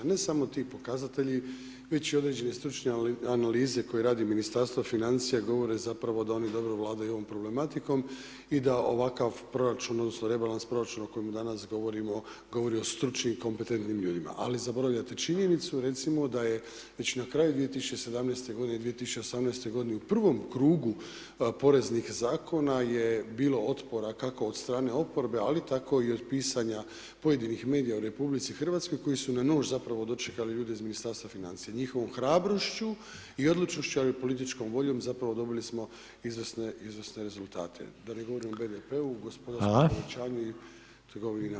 Ne samo ti pokazatelji već i određene stručne analize koje radi Ministarstvo financija, govore zapravo da oni dobro vladaju ovom problematikom i da ovakav proračun odnosno rebalans proračuna o kojemu danas govorimo, govori o stručnim i kompetentnim ljudima ali zaboravljate činjenicu recimo da je na kraju 2017. g., u 2018. g. u prvom krugu poreznih zakona je bilo otpora kako od stran oporbe ali tako i od pisanja pojedinih medija u RH koji su na nož zapravo dočekali ljude iz Ministarstva financija, njihovom hrabrošću i odlučnošću ali i političkom voljom, zapravo dobili smo izvrsne rezultate da ne govorim o BDP-u, gospodarskom povećanju i trgovini na malo.